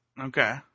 Okay